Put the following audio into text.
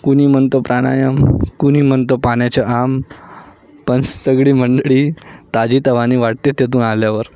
कुणी म्हणतो प्राणायाम कुणी म्हणतो पाण्याच आम पण सगळी मंडळी ताजीतवानी वाटते तिथून आल्यावर